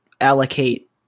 allocate